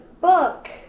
book